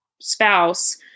spouse